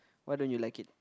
why don't you like it